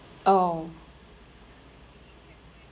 oh